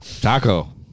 Taco